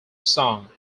song